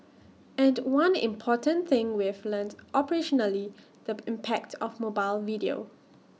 and one important thing we've learnt operationally the impact of mobile video